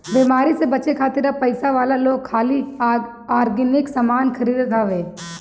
बेमारी से बचे खातिर अब पइसा वाला लोग खाली ऑर्गेनिक सामान खरीदत हवे